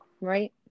right